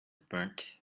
burnt